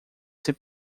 ser